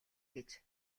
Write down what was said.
гэж